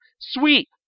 Sweet